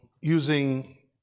using